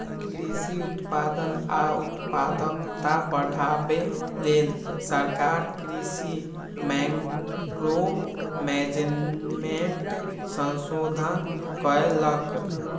कृषि उत्पादन आ उत्पादकता बढ़ाबे लेल सरकार कृषि मैंक्रो मैनेजमेंट संशोधन कएलक